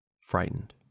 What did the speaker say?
frightened